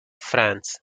france